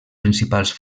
principals